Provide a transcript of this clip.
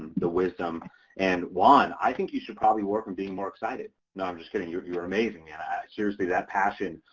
the wisdom and juan, i think you should probably work on being more excited. no, i'm just kidding. you you are amazing. and seriously, that passion.